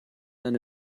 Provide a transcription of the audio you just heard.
eine